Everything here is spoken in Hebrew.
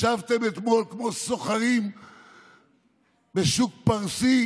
ישבתם אתמול כמו סוחרים בשוק פרסי